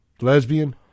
Lesbian